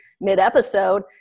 mid-episode